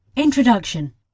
Introduction